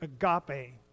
agape